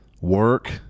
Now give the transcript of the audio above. work